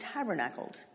tabernacled